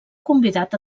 convidat